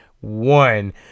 One